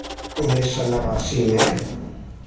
उन्नीस सए नवासीमे